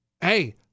hey